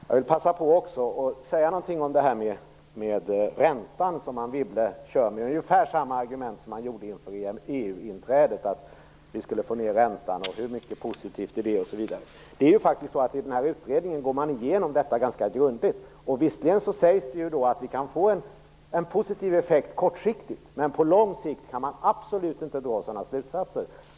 Jag vill också passa på att säga någonting om detta med räntan. Anne Wibble använder sig av ungefär samma argument som man gjorde inför EU-inträdet, att räntan skulle gå ned. I utredningen går man igenom detta ganska grundligt. Visserligen sägs det att ett EMU-inträde kan få en positiv effekt kortsiktigt. Men långsiktigt kan man absolut inte dra sådana slutsatser.